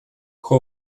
who